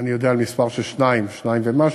אני יודע על מספר של 2, 2 ומשהו,